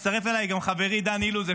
הצטרף אלי גם חברי דן אילוז.